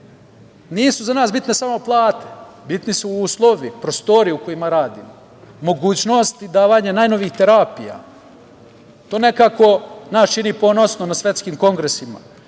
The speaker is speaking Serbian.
nisu za nas bitne samo plate, bitni su uslovi, prostorije u kojima radimo, mogućnosti davanja najnovijih terapija. To nekako nas čini ponosnim na svetskim kongresima.